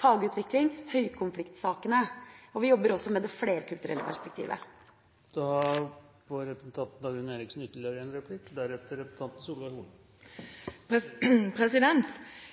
fagutvikling og høykonfliktsakene. Vi jobber også med det flerkulturelle perspektivet. Familievernkontorene melder til oss at de får